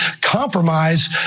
compromise